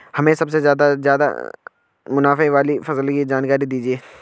हमें सबसे ज़्यादा से ज़्यादा मुनाफे वाली फसल की जानकारी दीजिए